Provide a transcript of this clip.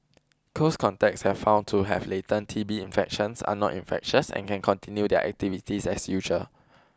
close contacts have found to have latent T B infections are not infectious and can continue their activities as usual